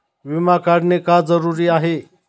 विमा काढणे का जरुरी आहे?